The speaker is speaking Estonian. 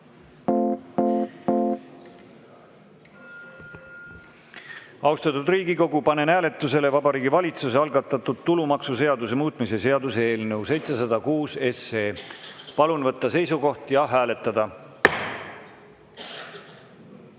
Austatud Riigikogu, panen hääletusele Vabariigi Valitsuse algatatud tulumaksuseaduse muutmise seaduse eelnõu 706. Palun võtta seisukoht ja hääletada!